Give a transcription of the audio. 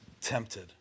tempted